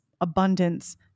abundance